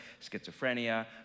schizophrenia